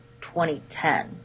2010